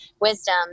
wisdom